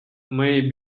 may